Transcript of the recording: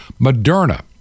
Moderna